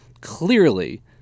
Clearly